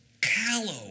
callow